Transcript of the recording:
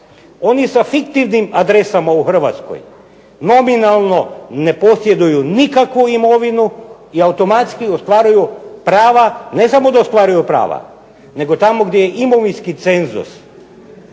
Oni sa fiktivnim adresama u Hrvatskoj nominalno ne posjeduju nikakvu imovinu i automatski ostvaruju prava, ne samo da ostvaruju prava, nego tamo gdje je imovinski cenzus,